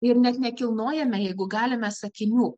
ir net nekilnojame jeigu galime sakinių